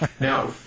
Now